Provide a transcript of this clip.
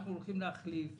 אנחנו הולכים להחליף,